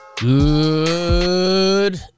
Good